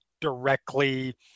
directly